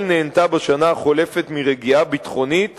ישראל נהנתה בשנה החולפת מרגיעה ביטחונית